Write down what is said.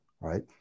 right